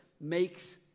makes